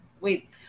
Wait